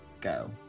go